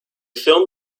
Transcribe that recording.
film